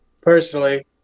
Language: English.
Personally